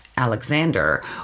Alexander